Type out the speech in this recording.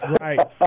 Right